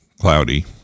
cloudy